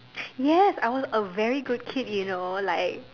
yes I was a very good kid you know like